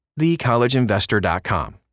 thecollegeinvestor.com